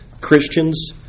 Christians